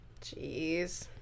Jeez